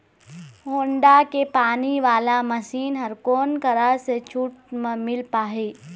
Honda के पानी वाला मशीन हर कोन करा से छूट म मिल पाही?